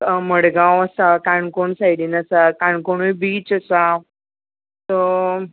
मडगांव आसा काणकोण सायडीन आसा काणकोणूय बीच आसा सो